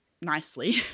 nicely